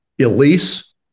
Elise